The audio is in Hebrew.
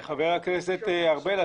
חבר הכנסת ארבל,